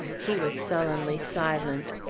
he was sullenly silent.